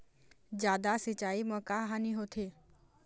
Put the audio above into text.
जादा सिचाई म का हानी होथे?